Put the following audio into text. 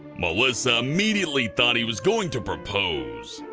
melissa immediately thought he was going to propose.